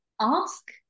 ask